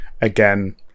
again